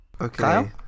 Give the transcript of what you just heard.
Okay